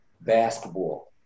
basketball